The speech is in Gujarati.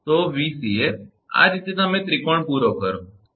તો 𝑉𝑐𝑎 તો આ રીતે તમે ત્રિકોણ પૂર્ણ કરો બરાબર